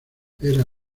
era